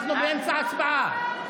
אנחנו באמצע הצבעה.